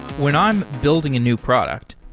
when i'm building a new product,